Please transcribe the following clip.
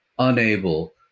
unable